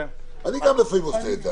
גם אני לפעמים עושה את זה.